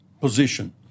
position